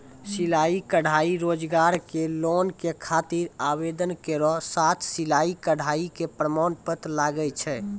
सिलाई कढ़ाई रोजगार के लोन के खातिर आवेदन केरो साथ सिलाई कढ़ाई के प्रमाण पत्र लागै छै?